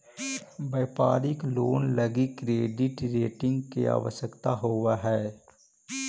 व्यापारिक लोन लगी credit rating के आवश्यकता होवऽ हई